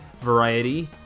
variety